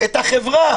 החברה